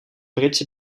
britse